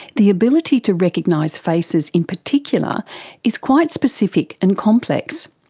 the ability to recognise faces in particular is quite specific and complex.